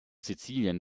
sizilien